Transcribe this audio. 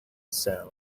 sound